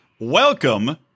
Welcome